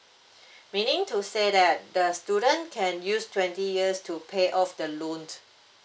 meaning to say that the student can use twenty years to pay off the loan